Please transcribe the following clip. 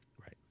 Right